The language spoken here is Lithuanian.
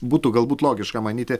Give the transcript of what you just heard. būtų galbūt logiška manyti